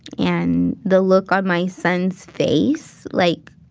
and the look on my son's face like